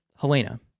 Helena